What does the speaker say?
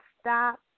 stop